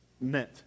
meant